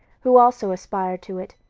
who also aspired to it.